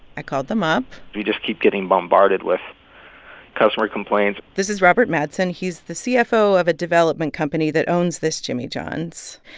i called them up we just keep getting bombarded with customer complaints this is robert madsen. he's the cfo of a development company that owns this jimmy john's.